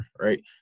right